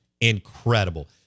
incredible